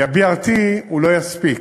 כי ה-BRT לא יספיק,